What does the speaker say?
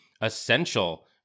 essential